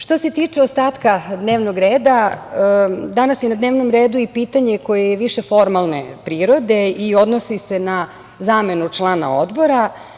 Što se tiče ostatka dnevnog reda, danas je na dnevnom redu i pitanje koje je više formalne prirode i odnosi se na zamenu člana Odbora.